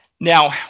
Now